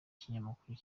kinyamakuru